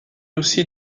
aussi